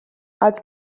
als